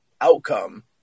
outcome